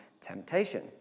temptation